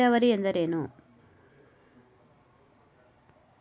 ನೀರಾವರಿ ಎಂದರೇನು?